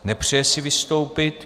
Nepřeje si vystoupit.